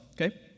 Okay